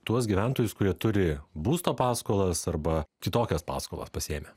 tuos gyventojus kurie turi būsto paskolas arba kitokias paskolas pasiėmę